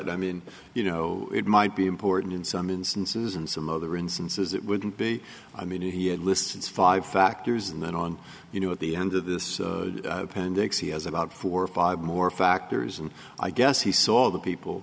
i mean you know it might be important in some instances in some other instances it wouldn't be i mean he had lists five factors and then on you know at the end of this pandemics he has about four or five more factors and i guess he saw the people